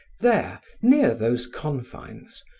there, near those confines,